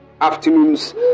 afternoon's